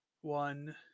one